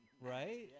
right